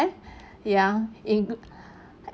ya include